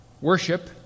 worship